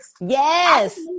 Yes